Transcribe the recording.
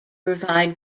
provide